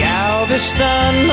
Galveston